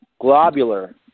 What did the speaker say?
globular